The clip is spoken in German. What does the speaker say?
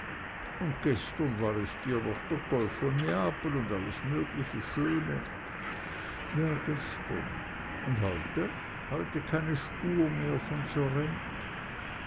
und gestern war es dir noch der golf von neapel und alles mögliche schöne ja gestern und heute heute keine spur mehr von sorrent